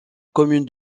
commune